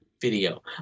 video